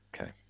Okay